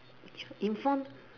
in front